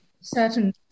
certain